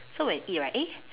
so when we eat right eh